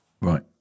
Right